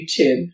YouTube